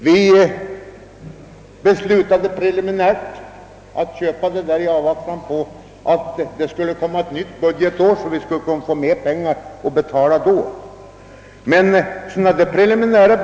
Vi beslöt preliminärt — i avvaktan på att vi vid det nya budgetårets början skall få pengar så att vi kan betala köpet — att göra detta förvärv.